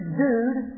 dude